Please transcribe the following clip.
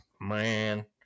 Man